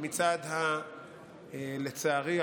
לצערי,